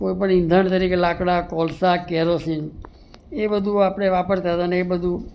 તો પણ ઈંધણ તરીકે લાકડા કોલસા કેરોસીન એ બધું આપણે વાપરતા હતા ને એ બધું